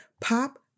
pop